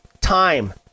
Time